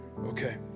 okay